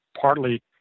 partly